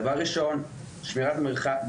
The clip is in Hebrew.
דבר ראשון שמירת מרחק,